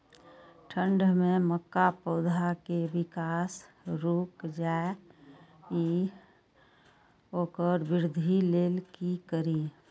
ठंढ में मक्का पौधा के विकास रूक जाय इ वोकर वृद्धि लेल कि करी?